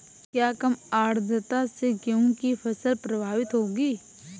क्या कम आर्द्रता से गेहूँ की फसल प्रभावित होगी?